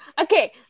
Okay